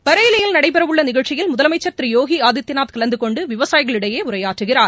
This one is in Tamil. பரேய்லியில் நடைபெறவுள்ள நிகழ்ச்சியில் முதலமைச்ச் திரு யோகி ஆதித்யநாத் கலந்து கொண்டு விவசாயிகளிடையே உரையாற்றுகிறார்